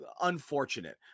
unfortunate